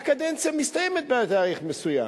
והקדנציה מסתיימת בתאריך מסוים,